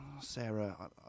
Sarah